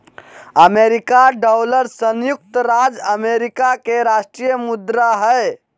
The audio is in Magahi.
अमेरिका डॉलर संयुक्त राज्य अमेरिका के राष्ट्रीय मुद्रा हइ